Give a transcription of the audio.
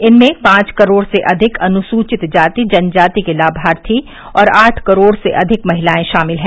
इनमें पांच करोड़ से अधिक अनुसूचित जाति जन जाति के लामार्थी और आठ करोड़ से अधिक महिलाएं शामिल हैं